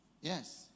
Yes